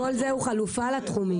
כל זה הוא חלופה לתחומים.